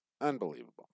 Unbelievable